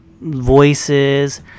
voices